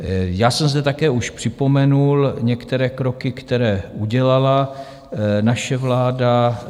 Já jsem zde také už připomenul některé kroky, které udělala naše vláda.